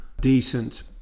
decent